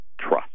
trust